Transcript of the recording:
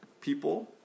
people